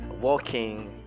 walking